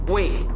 Wait